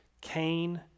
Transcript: Cain